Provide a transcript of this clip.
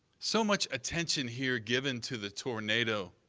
so much attention here given to the tornado.